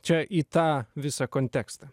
čia į tą visą kontekstą